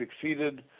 succeeded